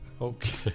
Okay